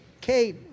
Kate